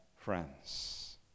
friends